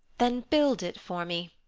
then build it for me!